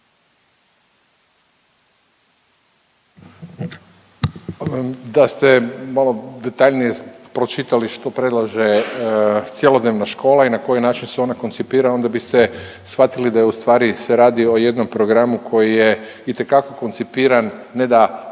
Da ste malo detaljnije pročitali što predlaže cjelodnevna škola i na koji način se ona koncipira, onda biste shvatili da je u stvari se radi o jednom programu koji je itekako koncipiran, ne da